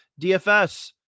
DFS